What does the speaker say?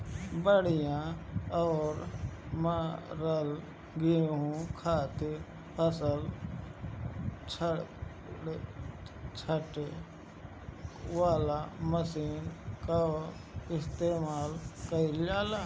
बढ़िया और मरल गेंहू खातिर फसल छांटे वाला मशीन कअ इस्तेमाल कइल जाला